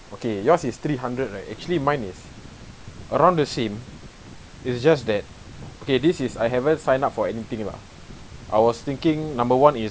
okay yours is three hundred right actually mine is around the same it's just that okay this is I haven't sign up for anything lah I was thinking number one is